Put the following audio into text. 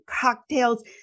cocktails